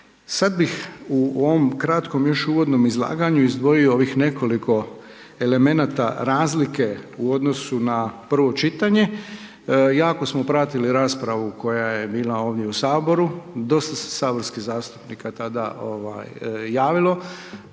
Sada bih u ovom kratkom, još uvodnom izlaganju, izdvojio ovih nekoliko elemenata razlika u odnosu na prvo čitanje, jako smo pratili raspravu koja je bila ovdje u Saboru, dosta se saborskih zastupnika tada javilo.